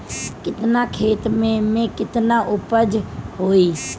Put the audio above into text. केतना खेत में में केतना उपज होई?